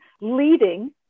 leading